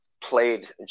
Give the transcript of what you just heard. played